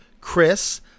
Chris